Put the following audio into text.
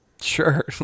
sure